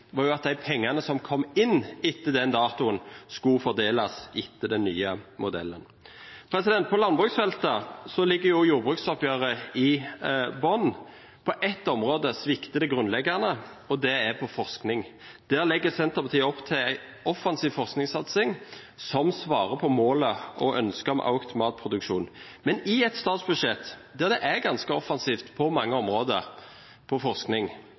var at de pengene som kom inn etter den datoen, skulle fordeles etter den nye modellen. På landbruksfeltet ligger jordbruksoppgjøret i bunnen. På ett område svikter det grunnleggende, og det er innen forskning. Senterpartiet legger opp til en offensiv forskningssatsing, som svarer på målet og ønsket om økt matproduksjon. Men i et statsbudsjett der det er ganske offensivt på mange områder innen forskning,